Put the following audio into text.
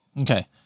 Okay